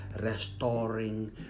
restoring